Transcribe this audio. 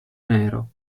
nero